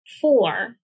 four